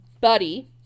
Buddy